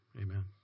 amen